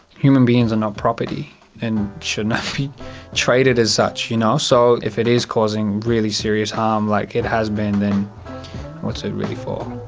human beings are not property and should not be traded as such, you know so if it is causing really serious harm like it has been, then what's it really for?